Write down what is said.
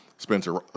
Spencer